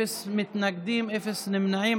אפס מתנגדים, אפס נמנעים.